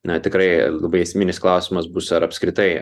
na tikrai labai esminis klausimas bus ar apskritai